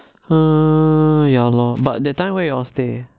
err ya lor but that that where you all stay